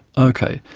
okay,